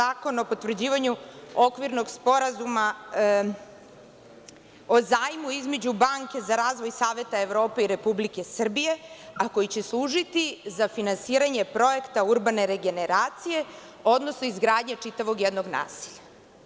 Danas ću se posebno osvrnuti na Zakon o potvrđivanju okvirnog Sporazuma o zajmu između Banke za razvoj saveta Evrope i Republike Srbije, a koji će služiti za finansiranje projekta urbane regeneracije, odnosno izgradnje čitavog jednog naselja.